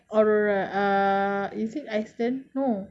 or a is it iceland no